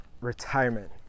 retirement